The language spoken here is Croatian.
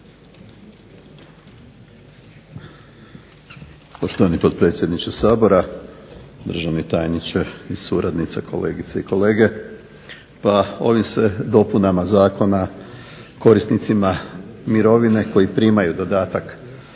Poštovani potpredsjedniče Sabora, državni tajniče i suradnice, kolegice i kolege. Ovim se dopunama zakona korisnicima mirovine koji primaju dodatak